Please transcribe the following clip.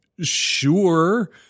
sure